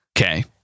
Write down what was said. Okay